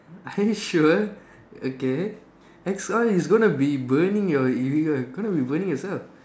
are you sure okay axe oil is gonna be burning your you're gonna be burning yourself